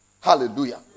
Hallelujah